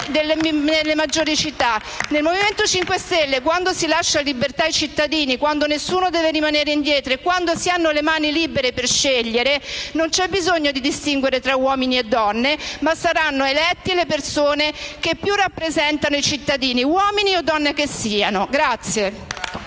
delle maggiori città. Nel Movimento 5 Stelle, quando si lascia libertà ai cittadini, quando nessuno deve rimanere indietro e quando si hanno le mani libere per scegliere, non c'è bisogno di distinguere tra uomini e donne, perché saranno elette le persone che più rappresentano i cittadini, uomini o donne che siano.